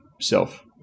self